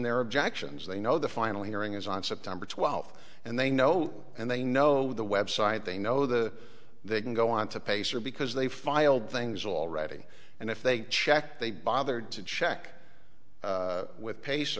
their objections they know the final hearing is on september twelfth and they know and they know the website they know the they can go on to pacer because they filed things already and if they check they bothered to check with pace